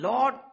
Lord